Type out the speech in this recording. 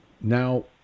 now